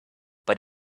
but